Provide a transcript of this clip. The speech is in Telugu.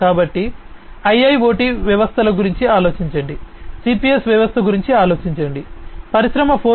కాబట్టి IIoT వ్యవస్థల గురించి ఆలోచించండి CPS వ్యవస్థ గురించి ఆలోచించండి పరిశ్రమ 4